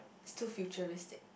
it's too futuristic